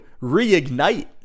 reignite